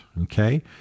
Okay